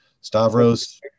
Stavros